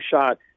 shot